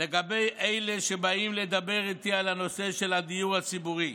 לגבי אלה שבאים לדבר איתי על הנושא של הדיור הציבורי,